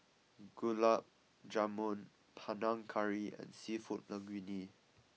Gulab Jamun Panang Curry and Seafood Linguine